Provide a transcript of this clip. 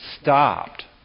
stopped